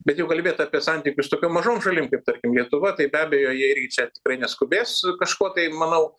bet jeigu kalbėt apie santykius su tokiom mažom šalim kaip tarkim lietuva tai be abejo jie irgi čia tikrai neskubės kažko tai manau